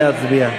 נא להצביע.